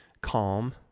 calm